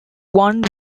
one